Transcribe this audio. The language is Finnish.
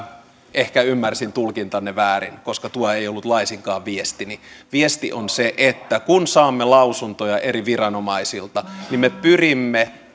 ehkä ymmärsin tulkintanne väärin koska tuo ei ollut laisinkaan viestini viesti on se että kun saamme lausuntoja eri viranomaisilta niin me pyrimme